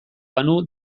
banu